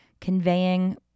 conveying